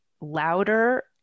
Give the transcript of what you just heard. louder